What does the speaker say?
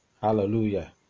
Hallelujah